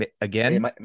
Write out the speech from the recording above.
again